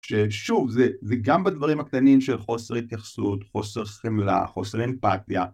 ששוב זה גם בדברים הקטנים של חוסר התייחסות, חוסר חמלה, חוסר אמפטיה